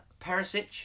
Perisic